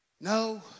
No